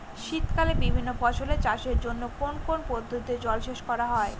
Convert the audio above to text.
শীতকালে বিভিন্ন ফসলের চাষের জন্য কোন কোন পদ্ধতিতে জলসেচ করা হয়?